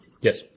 Yes